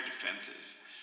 defenses